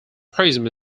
prism